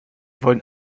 wollen